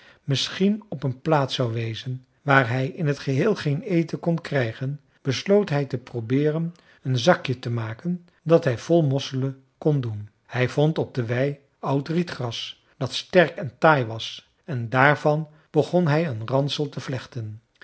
misschien op een plaats zou wezen waar hij in t geheel geen eten kon krijgen besloot hij te probeeren een zakje te maken dat hij vol mosselen kon doen hij vond op de wei oud rietgras dat sterk en taai was en daarvan begon hij een ransel te vlechten